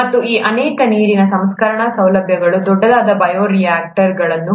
ಮತ್ತು ಈ ಅನೇಕ ನೀರಿನ ಸಂಸ್ಕರಣಾ ಸೌಲಭ್ಯಗಳು ದೊಡ್ಡದಾದ ಬಯೋರಿಯಾಕ್ಟರ್ಗಳನ್ನು ಹೊಂದಿವೆ